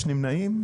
יש נמנעים?